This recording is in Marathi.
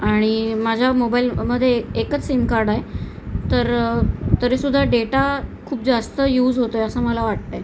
आणि माझ्या मोबाईलमधे एकच सिमकार्ड आहे तर तरीसुद्धा डेटा खूप जास्त यूज होतो आहे असं मला वाटत आहे